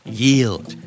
yield